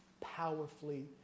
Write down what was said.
powerfully